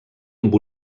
amb